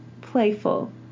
playful